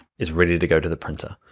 is ready to go to the printer,